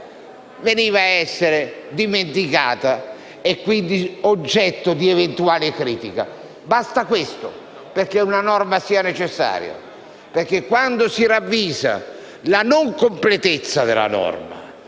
veniva ad essere dimenticata e quindi ciò poteva essere oggetto di eventuale critica. Basta questo perché una norma sia necessaria, perché quando si ravvisa la non completezza della norma